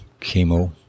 chemo